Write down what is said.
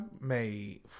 made